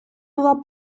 була